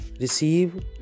receive